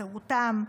בחירותם,